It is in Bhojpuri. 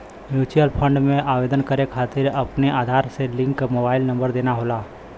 म्यूचुअल फंड में आवेदन करे खातिर अपने आधार से लिंक मोबाइल नंबर देना होला